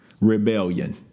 rebellion